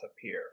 appear